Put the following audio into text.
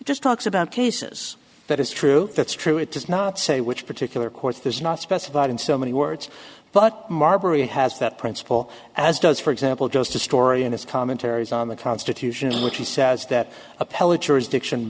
just talks about cases that is true that's true it does not say which particular courts there's not specified in so many words but marbury has that principle as does for example just a story in his commentaries on the constitution in which he says that appellate jurisdiction